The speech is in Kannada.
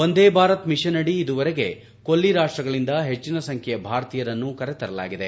ವಂದೇ ಭಾರತ್ ಮಿಷನ್ ಅಡಿ ಇದುವರೆಗೆ ಕೊಲ್ಲಿ ರಾಷ್ಟಗಳಿಂದ ಹೆಚ್ಚಿನ ಸಂಖ್ಯೆಯ ಭಾರತೀಯರನ್ನು ಕರೆತರಲಾಗಿದೆ